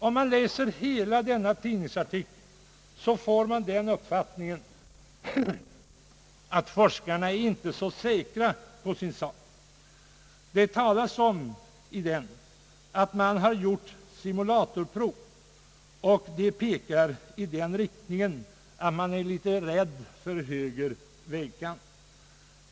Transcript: Om man läser hela tidningsartikeln, får man den uppfattningen att forskarna inte är så säkra på sin sak. Det talas om att det har gjorts simulatorprov som pekar i den riktningen att förarna är litet rädda för högra vägkanten.